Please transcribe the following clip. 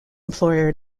employer